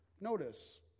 Notice